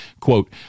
Quote